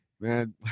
man